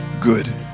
good